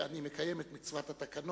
אני מקיים את מצוות התקנון,